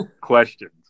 questions